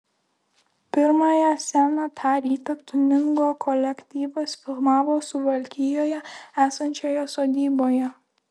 pirmąją sceną tą rytą tiuningo kolektyvas filmavo suvalkijoje esančioje sodyboje